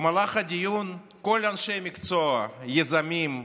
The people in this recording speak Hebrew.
במהלך הדיון כל אנשי המקצוע, יזמים,